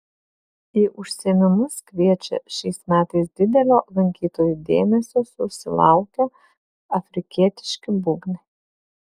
į užsiėmimus kviečia šiais metais didelio lankytojų dėmesio susilaukę afrikietiški būgnai